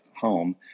home